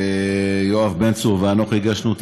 יואב בן צור ואנוכי הגשנו את